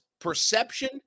perception